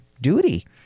duty